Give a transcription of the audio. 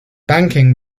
banking